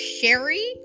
Sherry